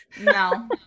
No